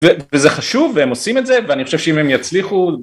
וזה חשוב והם עושים את זה ואני חושב שאם הם יצליחו.